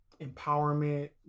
empowerment